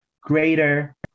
greater